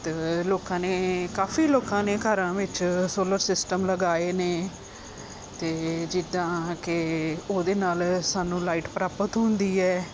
ਅਤੇ ਲੋਕਾਂ ਨੇ ਕਾਫੀ ਲੋਕਾਂ ਨੇ ਘਰਾਂ ਵਿੱਚ ਸੋਲਰ ਸਿਸਟਮ ਲਗਾਏ ਨੇ ਅਤੇ ਜਿੱਦਾਂ ਕਿ ਉਹਦੇ ਨਾਲ ਸਾਨੂੰ ਲਾਈਟ ਪ੍ਰਾਪਤ ਹੁੰਦੀ ਹੈ